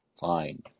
fine